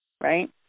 right